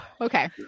Okay